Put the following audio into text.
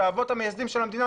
שהאבות המייסדים של המדינה,